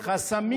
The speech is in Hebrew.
חסמים,